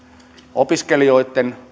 opiskelijoitten